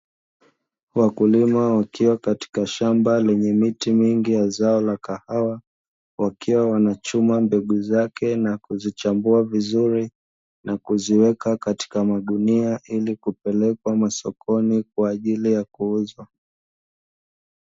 Wakulima wakiwa katika shamba lenye miti mingi ya zao la kahawa, wakiwa wanachuma mbegu zake na kuzichambua vizuri na kuziweka katika magunia ili kupelekwa masokoni kwa ajili ya kuuzwa.